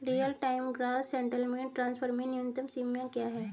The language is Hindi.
Real time gross settlement transfer में न्यूनतम सीमा क्या है?